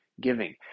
giving